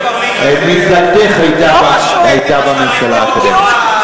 מפלגתך הייתה בממשלה הקודמת.